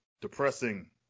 depressing